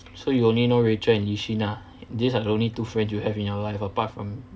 so you only know rachel and li shin ah these are the only two friends you have in your life apart from